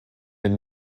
den